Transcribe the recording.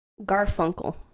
Garfunkel